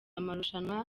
amarushanwa